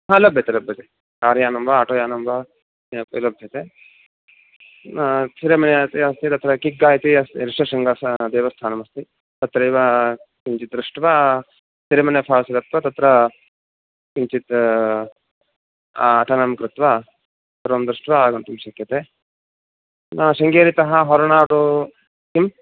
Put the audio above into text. हा लभ्यते लभ्यते कार्यानं वा आटोयानं वा किमपि लभ्यते किरिमने तत्र किग्गा इति ऋषिशृङ्गस्य देवस्थानमस्ति तत्रैव किञ्चित् दृष्ट्वा सिरिमने फ़ाल्स् गत्वा तत्र किञ्चित् अ अटनं कृत्वा सर्वं दृष्ट्वा आगन्तुं शक्यते न शृङ्गेरीतः होरनाडु किम्